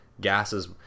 gases